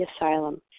asylum